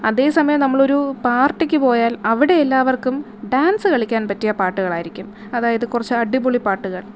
അതേ സമയം നമ്മളൊരു പാര്ട്ടിക്ക് പോയാല് അവിടെ എല്ലാവര്ക്കും ഡാന്സ് കളിക്കാന് പറ്റിയ പാട്ടുകളായിരിക്കും അതായത് കുറച്ച് അടിപൊളി പാട്ടുകള്